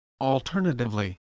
Alternatively